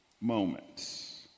moments